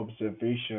observation